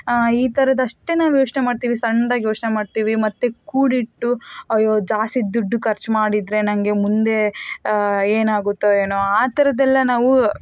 ಈ ಥರದಷ್ಟೇ ನಾವು ಯೋಚನೆ ಮಾಡ್ತೀವಿ ಸಣ್ದಾಗಿ ಯೋಚನೆ ಮಾಡ್ತೀವಿ ಮತ್ತೆ ಕೂಡಿಟ್ಟು ಅಯ್ಯೋ ಜಾಸ್ತಿ ದುಡ್ಡು ಖರ್ಚು ಮಾಡಿದ್ರೆ ನನಗೆ ಮುಂದೆ ಏನಾಗುತ್ತೋ ಏನೋ ಆ ಥರದ್ದೆಲ್ಲ ನಾವು